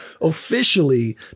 Officially